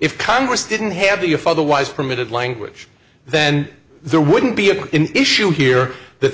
if congress didn't have the if otherwise permitted language then there wouldn't be an issue here that